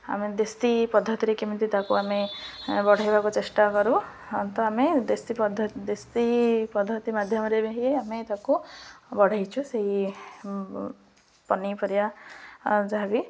ଆମେ ଦେଶୀ ପଦ୍ଧତିରେ କେମିତି ତାକୁ ଆମେ ବଢ଼େଇବାକୁ ଚେଷ୍ଟା କରୁ ତ ଆମେ ଦେଶୀ ପଦ୍ଧତି ମାଧ୍ୟମରେ ବି ହି ଆମେ ତାକୁ ବଢ଼େଇଛୁ ସେଇ ପନିପରିବା ଯାହା ବିି